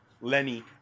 Lenny